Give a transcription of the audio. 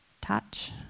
touch